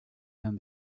and